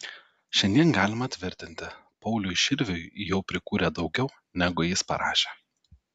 šiandien galima tvirtinti pauliui širviui jau prikūrė daugiau negu jis parašė